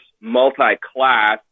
multi-class